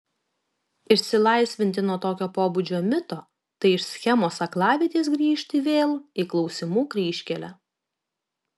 išsilaisvinti nuo tokio pobūdžio mito tai iš schemos aklavietės grįžti vėl į klausimų kryžkelę